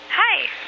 Hi